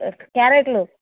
క్యారెట్లు